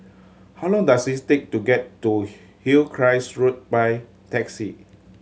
how long does it take to get to Hillcrest Road by taxi